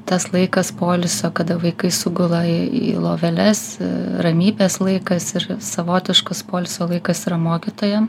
tas laikas poilsio kada vaikai sugula į loveles ramybės laikas ir savotiškas poilsio laikas yra mokytojam